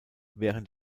während